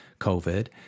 COVID